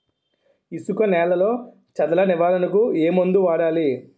ఇసుక నేలలో చదల నివారణకు ఏ మందు వాడాలి?